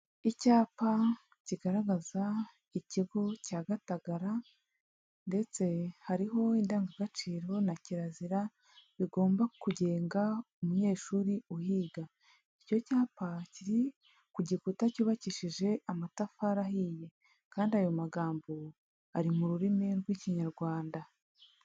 Icyapa kigaragaza ikigo cya Gatagara ndetse hariho indangagaciro na kirazira bigomba kugenga umunyeshuri uhiga, icyo cyapa kiri ku gikuta cyubakishije amatafari ahiye kandi ayo magambo ari mu rurimi rw'Ikinyarwanda.